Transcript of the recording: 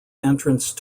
entrance